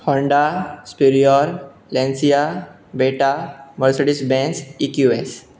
Honda Spirior Lancia Beta Mercedes Benz E Q S